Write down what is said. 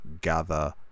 gather